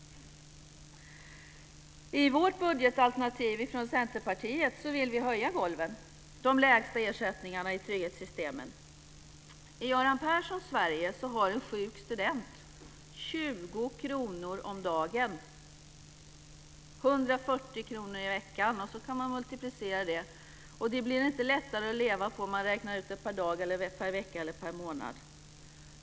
I Centerpartiets budgetalternativ vill vi höja golven, de lägsta ersättningarna i trygghetssystemen. I Göran Perssons Sverige har en sjuk student 20 kr om dagen, 140 kr i veckan. Det kan man multiplicera, men det blir inte lättare att leva på vare sig man räknar ut det per dag, per vecka eller per månad.